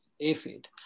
aphid